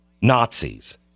Nazis